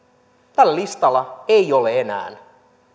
tällä listalla ei ole enää